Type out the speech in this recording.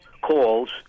calls